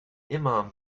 imam